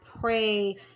pray